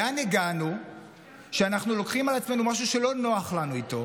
לאן הגענו שאנחנו לוקחים על עצמנו משהו שלא נוח לנו איתו,